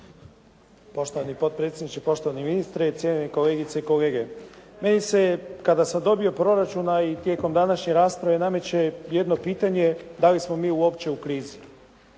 Poštovani potpredsjedniče, poštovani ministre i cijenjene kolegice i kolege. Meni se kada sam dobio proračun a i tijekom današnje rasprave nameće jedno pitanje da li smo mi uopće u krizi?